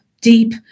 deep